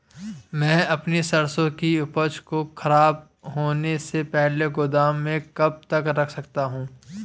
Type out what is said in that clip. मैं अपनी सरसों की उपज को खराब होने से पहले गोदाम में कब तक रख सकता हूँ?